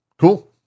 Cool